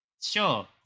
sure